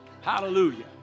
Hallelujah